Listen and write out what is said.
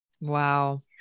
Wow